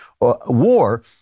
war